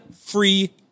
free